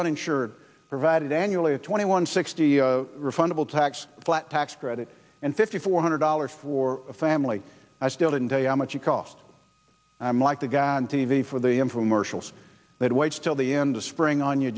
uninsured provided annually a twenty one sixty refundable tax flat tax credit and fifty four hundred dollars for a family i still didn't tell you how much it cost i'm like the guy on t v for the i'm from mercial that waits till the end of spring on you